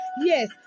Yes